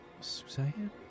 Suzanne